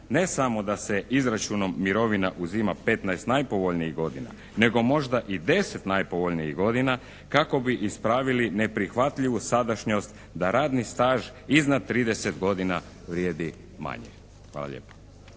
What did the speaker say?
ne samo da se izračunom mirovina uzima 15 najpovoljnijih godina nego možda i 10 najpovoljnijih godina kako bi ispravili neprihvatljivu sadašnjost da radni staž iznad 30 godina vrijedi manje. Hvala lijepa.